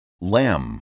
lamb